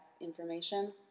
information